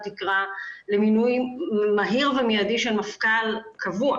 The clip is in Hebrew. תקרא למינוי מהיר ומידי של מפכ"ל קבוע,